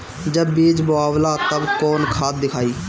जब बीज बोवाला तब कौन खाद दियाई?